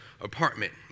apartment